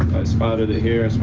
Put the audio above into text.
spotted it here.